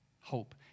Hope